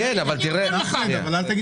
שנייה --- אתה אמרת